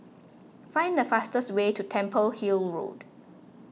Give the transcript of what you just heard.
find the fastest way to Temple Hill Road